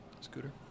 Scooter